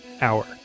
hour